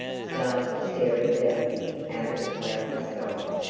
stars were staring down at me out of a cloudless sky.